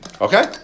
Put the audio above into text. okay